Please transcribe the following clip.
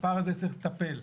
בפער הזה צריך לטפל.